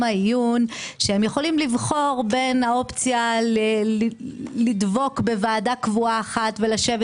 העיון שהם יכולים לבחור בין האופציה לדבוק בוועדה קבועה אחת ולשבת